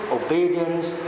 obedience